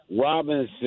Robinson